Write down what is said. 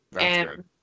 and-